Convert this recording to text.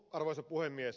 arvoisa puhemies